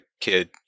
kid